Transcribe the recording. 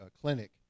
clinic